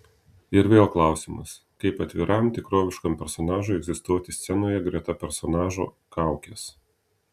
ir vėl klausimas kaip atviram tikroviškam personažui egzistuoti scenoje greta personažo kaukės